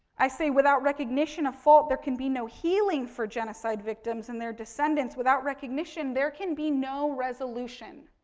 i say without recognition of fault there can be no healing for genocide victims and their descendants without recognition there can be no resolution.